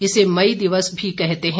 इसे मई दिवस भी कहते हैं